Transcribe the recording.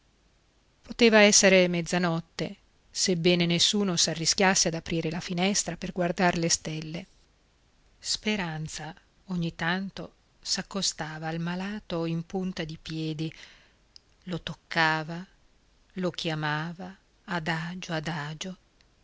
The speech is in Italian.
poteva essere mezzanotte sebbene nessuno s'arrischiasse ad aprire la finestra per guardar le stelle speranza ogni tanto s'accostava al malato in punta di piedi lo toccava lo chiamava adagio adagio